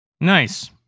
nice